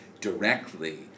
directly